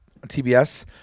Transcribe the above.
TBS –